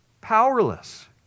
powerless